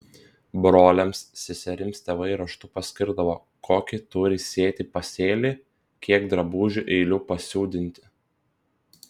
broliams seserims tėvai raštu paskirdavo kokį turi sėti pasėlį kiek drabužių eilių pasiūdinti